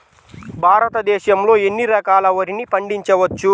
భారతదేశంలో ఎన్ని రకాల వరిని పండించవచ్చు